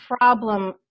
problem